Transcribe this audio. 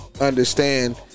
understand